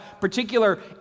particular